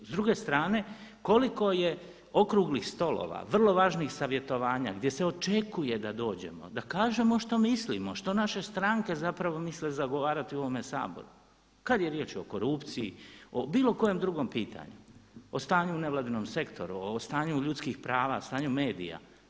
S druge strane, koliko je okruglih stolova, vrlo važnih savjetovanja gdje se očekuje da dođemo, da kažemo što mislimo, što naše stranke zapravo misle zagovarati u ovome Saboru kada je riječ o korupciji, o bilo kojem drugom pitanju, o stanju u nevladinom sektoru, o stanju ljudskih prava, stanju medija.